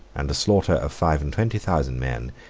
and a slaughter of five and twenty thousand men,